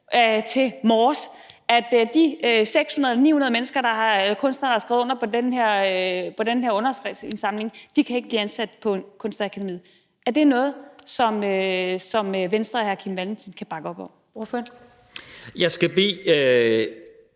til Mors, og at de 600 eller 900 kunstnere, der har skrevet under på den her underskriftsindsamling, ikke kan blive ansat på Kunstakademiet? Er det noget, som Venstre og hr. Kim Valentin kan bakke op om? Kl.